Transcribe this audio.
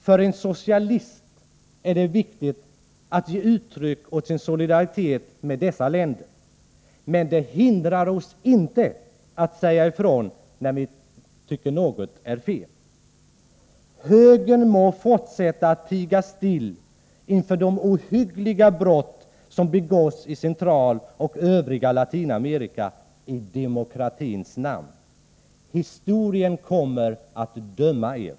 För oss socialister är det viktigt att ge uttryck åt vår solidaritet med dessa länder, men det hindrar oss inte att säga ifrån, när vi tycker att något är fel. Högern må fortsätta tiga inför de ohyggliga brott som begås i Centralamerika och det övriga Latinamerika — i demokratins namn. Historien kommer att döma er.